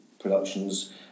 productions